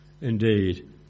indeed